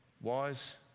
wise